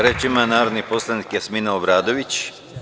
Reč ima narodni poslanik Jasmina Obradović.